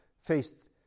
faced